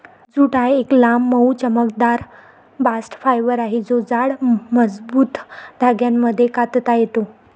jute हा एक लांब, मऊ, चमकदार बास्ट फायबर आहे जो जाड, मजबूत धाग्यांमध्ये कातता येतो